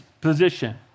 position